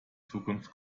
zukunft